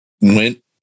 went